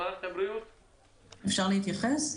אני מבקשת להתייחס,